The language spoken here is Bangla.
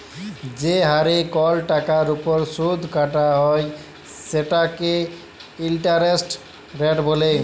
যে হারে কল টাকার উপর সুদ কাটা হ্যয় সেটকে ইলটারেস্ট রেট ব্যলে